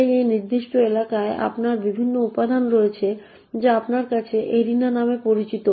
তাই এই নির্দিষ্ট এলাকায় আপনার বিভিন্ন উপাদান রয়েছে যা আপনার কাছে Arena নামে পরিচিত